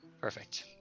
Perfect